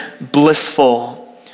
blissful